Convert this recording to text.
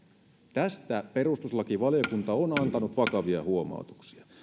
tästä perustuslakivaliokunta on antanut vakavia huomautuksia